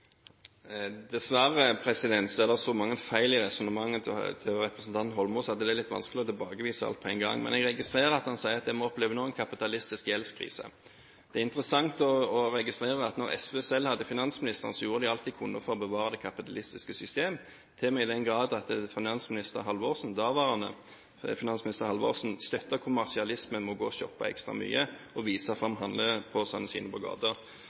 Dessverre er det så mange feil i resonnementet til representanten Holmås at det er litt vanskelig å tilbakevise alt på en gang. Men jeg registrerer at han sier at vi nå opplever en kapitalistisk gjeldskrise. Det er interessant å registrere at da SV selv hadde finansministeren, gjorde de alt de kunne for å bevare det kapitalistiske systemet, til og med i den grad at daværende finansminister Halvorsen støttet kommersialismen med å gå og shoppe ekstra mye og så vise fram handleposene sine på